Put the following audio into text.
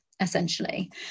essentially